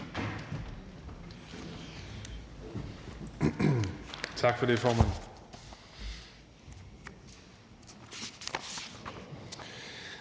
Tak for det. Fru Mette